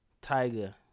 Tiger